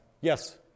Yes